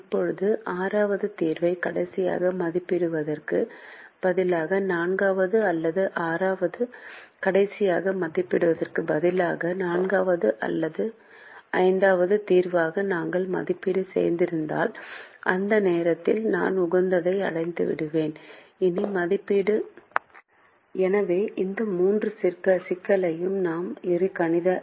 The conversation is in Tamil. இப்போது ஆறாவது தீர்வை கடைசியாக மதிப்பிடுவதற்கு பதிலாக நான்காவது அல்லது ஐந்தாவதை தீர்வாக நாங்கள் மதிப்பீடு செய்திருந்தால் அந்த நேரத்தில் நான் உகந்ததை அடைந்துவிட்டேன் இனி மதிப்பீடு செய்ய வேண்டியதில்லை என்பதை புரிந்து கொள்ள ஒரு வழி இருக்கிறதா